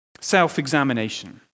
Self-examination